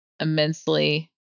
immensely